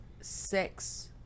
sex